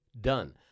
Done